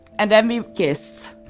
and then we kissed